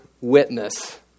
witness